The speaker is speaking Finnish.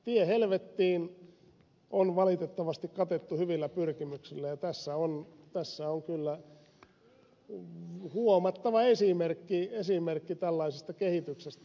tie helvettiin on valitettavasti katettu hyvillä pyrkimyksillä ja tässä on kyllä huomattava esimerkki tällaisesta kehityksestä